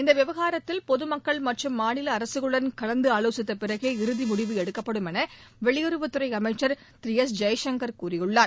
இந்த விவகாரத்தில் பொது மக்கள் மற்றும் மாநில அரக்களுடன் கலந்து ஆலோசித்த பிறகே இறுதி முடிவு எடுக்கப்படும் என வெளியுறவுத்துறை அமைச்சர் திரு எஸ் ஜெய்சங்கர் கூறியுள்ளார்